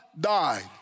died